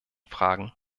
fragen